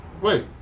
wait